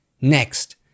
Next